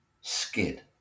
Skid